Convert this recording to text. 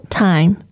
time